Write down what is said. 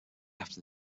after